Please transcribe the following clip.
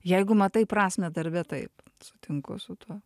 jeigu matai prasmę darbe taip sutinku su tuo